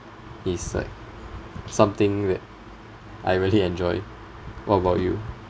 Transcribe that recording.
is like something that I really enjoy what about you